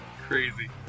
crazy